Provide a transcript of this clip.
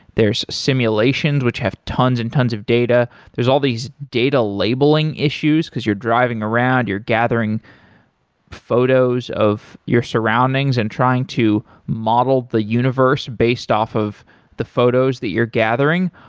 simulations, which have tons and tons of data. there's all these data labeling issues, because you're driving around, you're gathering photos of your surroundings and trying to model the universe based off of the photos that you're gathering.